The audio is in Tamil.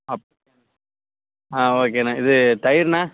அப் ஆ ஓகேண்ணா இது தயிர்ண்ணா